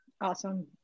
Awesome